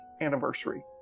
anniversary